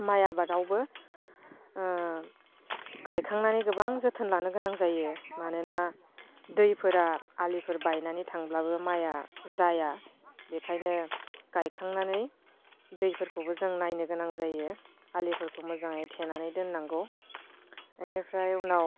माइ आबादावबो गायखांनानै गोबां जोथोन लानो गोनां जायो मानोना दैफोरा आलिफोर बायनानै थांब्लाबो माइआ जाया बेखायनो गाइखांनानै दैफोरखौबो जों नायनोगोनां जायो आलिफोरखौ मोजाङै थेनानै दोननांगौ इनिफ्राय उनाव